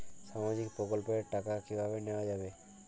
সামাজিক প্রকল্পের টাকা কিভাবে নেওয়া যাবে?